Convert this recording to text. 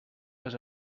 vas